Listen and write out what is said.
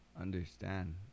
understand